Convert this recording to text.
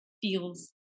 feels